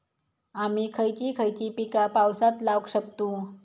आम्ही खयची खयची पीका पावसात लावक शकतु?